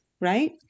right